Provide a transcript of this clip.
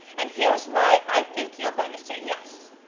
and here is why i think you are going to say yes.